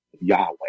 Yahweh